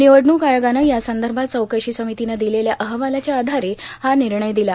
निवडणूक आयोगानं या संदर्भात चौकशी समितीनं दिलेल्या अहवालाच्या आधारे हा निर्णय दिला